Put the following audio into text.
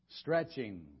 stretching